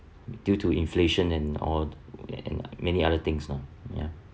due to inflation and all and many other things lah ya